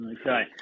Okay